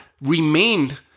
remained